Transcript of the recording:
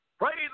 Praise